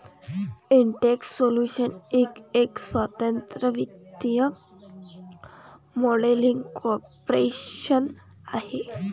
Intex solutions Inc एक स्वतंत्र वित्तीय मॉडेलिंग कॉर्पोरेशन आहे